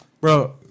bro